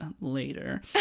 later